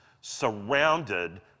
surrounded